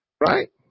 right